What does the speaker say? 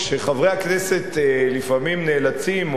כשחברי הכנסת לפעמים נאלצים,